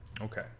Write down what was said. Okay